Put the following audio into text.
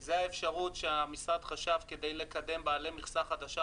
זה האפשרות שהמשרד חשב כדי לקדם בעלי מכסה חדשה,